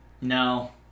No